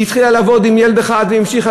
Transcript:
והיא התחילה לעבוד עם ילד אחד והיא המשיכה